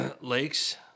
Lakes